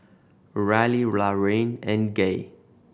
Ryleigh Laraine and Gay